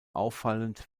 auffallend